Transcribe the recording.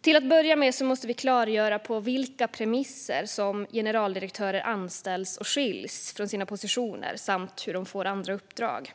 Till att börja med måste vi klargöra på vilka premisser generaldirektörer anställs och skiljs från sina positioner samt hur de får andra uppdrag.